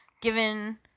given